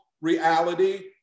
reality